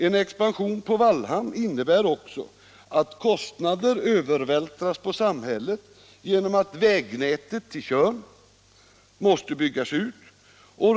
En expansion på Wallhamn innebär också att kostnader övervältras på samhället genom att vägnätet på Tjörn måste byggas ut.